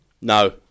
no